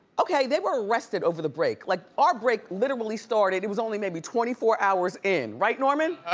okay, they were arrested over the break. like our break literally started, it was only maybe twenty four hours in, right, norman?